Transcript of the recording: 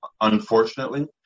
unfortunately